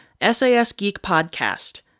sasgeekpodcast